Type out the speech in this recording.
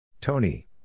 Tony